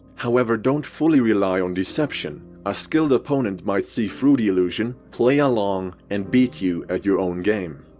however, don't fully rely on deception. a skilled opponent might see through the illusion, play along and beat you at your own game.